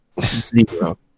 Zero